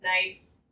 Nice